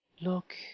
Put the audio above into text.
Look